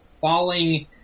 falling